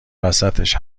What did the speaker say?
وسطش